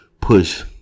push